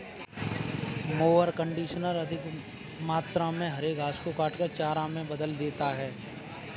mower conditioner अधिक मात्रा में हरे घास को काटकर चारा में बदल देता है